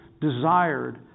desired